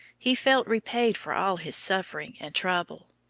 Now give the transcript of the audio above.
he felt repaid for all his suffering and trouble.